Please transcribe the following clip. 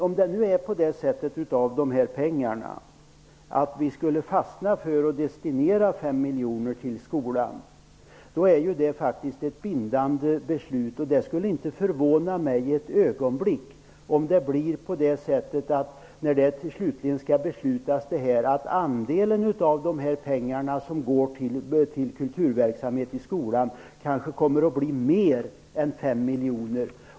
Om vi nu skulle fastna för att destinera 5 miljoner till skolan, är detta ett bindande beslut. Jag skulle inte för ett ögonblick vara förvånad om det blir så, när detta slutligen skall beslutas, att den del av medelsbeloppet som visar sig gå till kulturverksamhet i skolan blir större än 5 miljoner.